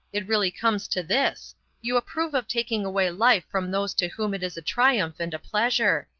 it really comes to this you approve of taking away life from those to whom it is a triumph and a pleasure.